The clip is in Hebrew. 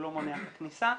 הוא לא מונע כניסה,